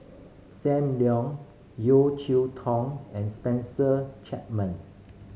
Sam Leong Yeo Cheow Tong and Spencer Chapman